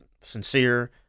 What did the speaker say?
sincere